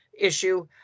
issue